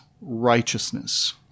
righteousness